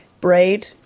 braid